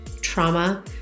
trauma